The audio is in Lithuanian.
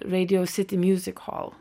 radio city music hall